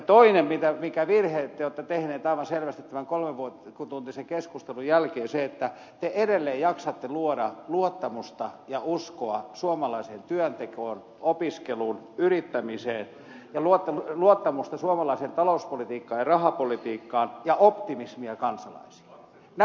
toinen virhe jonka te olette tehnyt aivan selvästi tämän kolmetuntisen keskustelun perusteella on se että te edelleen jaksatte luoda luottamusta ja uskoa suomalaiseen työntekoon opiskeluun yrittämiseen ja luottamusta suomalaiseen talouspolitiikkaan ja rahapolitiikkaan ja optimismia kansalaisille